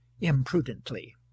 imprudently